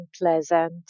unpleasant